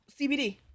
CBD